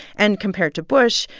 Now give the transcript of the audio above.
and compared to bush,